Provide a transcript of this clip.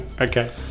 Okay